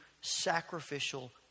sacrificial